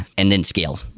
and then scale.